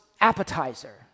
appetizer